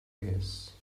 guess